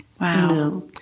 Wow